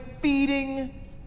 feeding